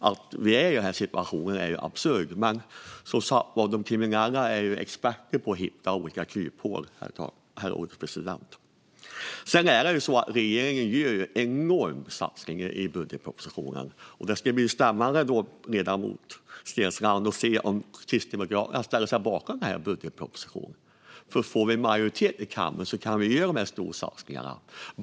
Att vi befinner oss i den här situationen är absurt, men de kriminella är experter på att hitta olika kryphål. Regeringen gör en enorm satsning i budgetpropositionen. Det ska bli spännande att se om Kristdemokraterna ställer sig bakom budgetpropositionen. Om vi får majoritet i kammaren kan vi göra dessa stora satsningar.